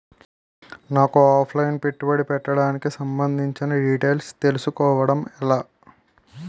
నాకు offline పెట్టుబడి పెట్టడానికి సంబందించిన డీటైల్స్ తెలుసుకోవడం ఎలా?